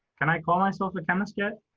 can i call myself a chemist yet?